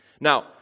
Now